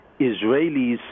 Israelis